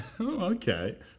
Okay